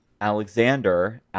Alexander